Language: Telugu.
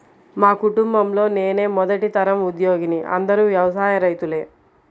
మా కుటుంబంలో నేనే మొదటి తరం ఉద్యోగిని అందరూ వ్యవసాయ రైతులే